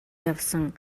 явсан